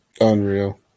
Unreal